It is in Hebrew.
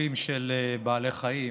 לתוקפים של בעלי חיים,